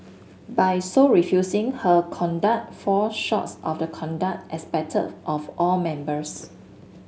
by so refusing her conduct fall shorts of the conduct expected of all members